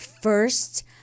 first